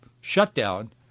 shutdown